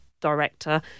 director